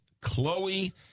Chloe